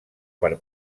per